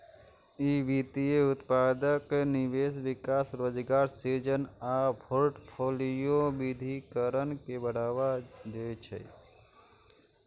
ई वित्तीय उत्पादक निवेश, विकास, रोजगार सृजन आ फोर्टफोलियो विविधीकरण के बढ़ावा दै छै